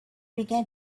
began